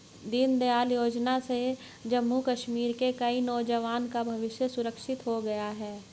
दीनदयाल योजना से जम्मू कश्मीर के कई नौजवान का भविष्य सुरक्षित हो गया